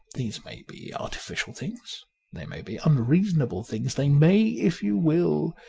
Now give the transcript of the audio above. these may be artificial things they may be unreasonable things they may, if you will,